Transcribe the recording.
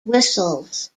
whistles